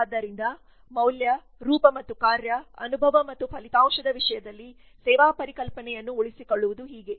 ಆದ್ದರಿಂದ ಮೌಲ್ಯ ರೂಪ ಮತ್ತು ಕಾರ್ಯ ಅನುಭವ ಮತ್ತು ಫಲಿತಾಂಶದ ವಿಷಯದಲ್ಲಿ ಸೇವಾ ಪರಿಕಲ್ಪನೆಯನ್ನು ಉಳಿಸಿಕೊಳ್ಳುವುದು ಹೀಗೆ